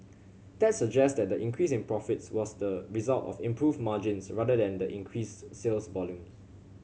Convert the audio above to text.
that suggests that the increase in profits was the result of improved margins rather than the increased sales volumes